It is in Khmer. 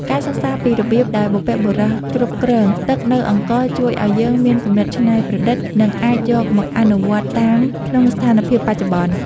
ការសិក្សាពីរបៀបដែលបុព្វបុរសគ្រប់គ្រងទឹកនៅអង្គរជួយឱ្យយើងមានគំនិតច្នៃប្រឌិត និងអាចយកមកអនុវត្តតាមក្នុងស្ថានភាពបច្ចុប្បន្ន។